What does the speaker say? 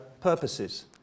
purposes